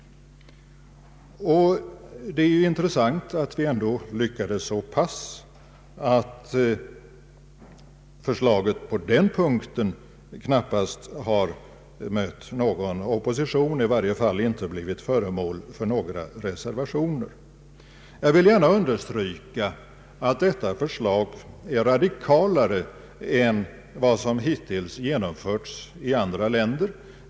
Det är intressant att vi ändå lyckades så pass att förslaget på den punkten knappast har mött någon opposition, och i varje fall inte blivit föremål för några reservationer. Jag vill gärna understryka att detta förslag är radikalare än vad som hittills genomförts i andra länder.